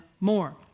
more